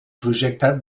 projectat